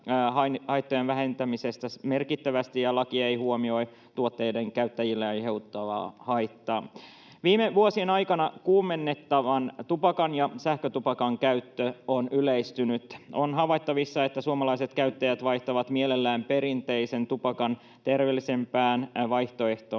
haittojen vähentämistä, ja laki ei huomioi tuotteiden käyttäjille aiheutuvaa haittaa. Viime vuosien aikana kuumennettavan tupakan ja sähkötupakan käyttö on yleistynyt. On havaittavissa, että suomalaiset käyttäjät vaihtavat mielellään perinteisen tupakan terveellisempään vaihtoehtoon,